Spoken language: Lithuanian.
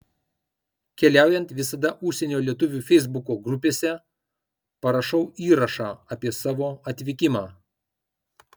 keliaujant visada užsienio lietuvių feisbuko grupėse parašau įrašą apie savo atvykimą